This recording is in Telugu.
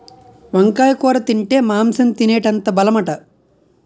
వంకాయ కూర తింటే మాంసం తినేటంత బలమట